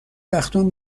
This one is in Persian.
وقتام